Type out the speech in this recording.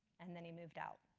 and then he moved out.